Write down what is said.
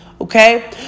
Okay